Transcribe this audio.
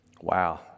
Wow